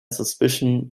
suspicion